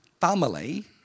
family